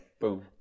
Boom